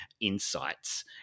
insights